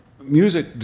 music